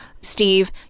Steve